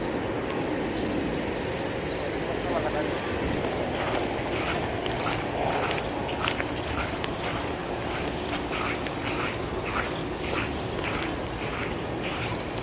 ᱯᱚᱭᱥᱟᱼᱢᱚᱭᱥᱟ ᱠᱚᱫᱚ ᱵᱟᱝ ᱞᱟᱜᱟᱜᱼᱟ